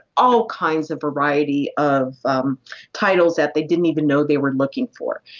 all kinds of variety of um titles that they didn't even know they were looking for.